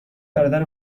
برادر